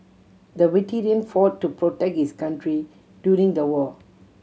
the veteran fought to protect his country during the war